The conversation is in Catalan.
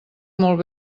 molt